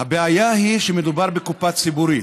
הבעיה היא שמדובר בקופה ציבורית.